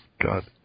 God